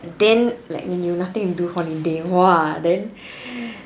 then like when you nothing to do like holiday !wah! then